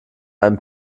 einem